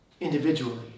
individually